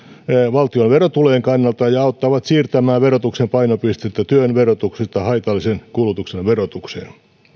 valtion verotulojen kannalta ja ne auttavat siirtämään verotuksen painopistettä työn verotuksesta haitallisen kulutuksen verotukseen